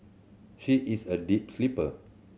she is a deep sleeper